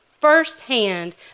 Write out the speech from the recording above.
firsthand